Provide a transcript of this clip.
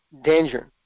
danger